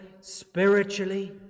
spiritually